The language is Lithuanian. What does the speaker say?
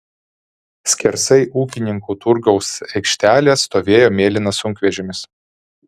skersai ūkininkų turgaus aikštelės stovėjo mėlynas sunkvežimis